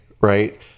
right